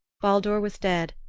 baldur was dead,